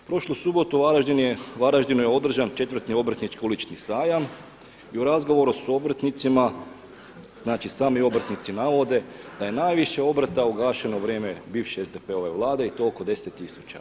U prošlu subotu u Varaždinu je održan 4. Obrtnički ulični sajam i u razgovoru sa obrtnicima, znači sami obrtnici navode da je najviše obrta ugašeno u vrijeme bivše SDP-ove vlade i to oko 10 tisuća.